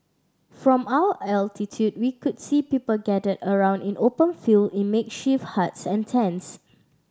from our altitude we could see people gathered around in open field in makeshift huts and tents